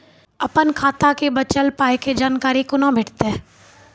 अपन खाताक बचल पायक जानकारी कूना भेटतै?